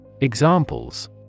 Examples